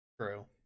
True